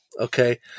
okay